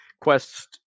quest